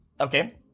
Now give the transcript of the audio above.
Okay